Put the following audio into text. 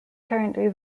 currently